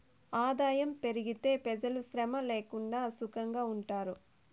ఆదాయం పెరిగితే పెజలు శ్రమ లేక సుకంగా ఉంటారు